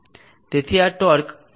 તેથી આ ટોર્ક ω2 ની પ્રમાણસર છે